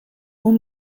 اون